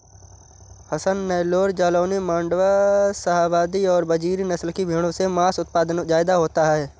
हसन, नैल्लोर, जालौनी, माण्ड्या, शाहवादी और बजीरी नस्ल की भेंड़ों से माँस उत्पादन ज्यादा होता है